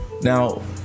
now